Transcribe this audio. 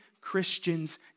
Christians